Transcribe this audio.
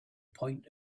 point